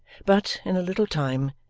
but, in a little time,